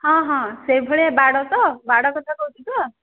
ହଁ ହଁ ସେଭଳିଆ ବାଡ଼ ତ ବାଡ଼ କଥା କହୁଛୁ ତ